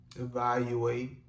Evaluate